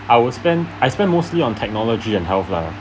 I'll spend I spend mostly on technology and health lah